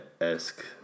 esque